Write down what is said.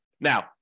Now